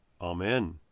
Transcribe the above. Amen